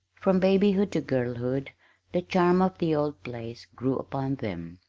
from babyhood to girlhood the charm of the old place grew upon them,